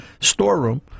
storeroom